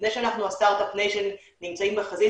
לפני שאנחנו הסטרטאפ ניישן נמצאים בחזית,